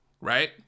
Right